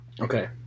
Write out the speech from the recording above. Okay